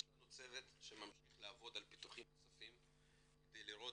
יש לנו צוות שממשיך לעבוד על פיתוחים נוספים כדי לראות